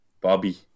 Bobby